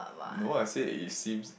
no I said it seems